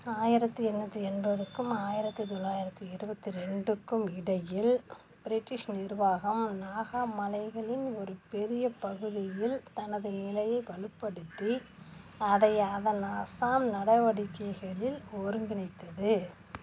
ஆயிரத்து எண்ணூற்றி எண்பதுக்கும் ஆயிரத்து தொள்ளாயிரத்து இருபத்தி ரெண்டுக்கும் இடையில் ப்ரிட்டிஷ் நிர்வாகம் நாகா மலைகளின் ஒரு பெரிய பகுதியில் தனது நிலையை வலுப்படுத்தி அதை அதன் அஸ்ஸாம் நடவடிக்கைகளில் ஒருங்கிணைத்தது